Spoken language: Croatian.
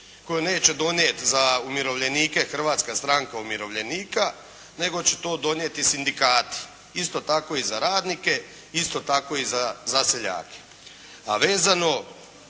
koju neće donijeti za umirovljenike Hrvatska stranka umirovljenika nego će to donijeti sindikati. Isto tako i za radnike, isto tako i za seljake.